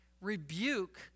rebuke